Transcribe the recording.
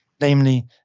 namely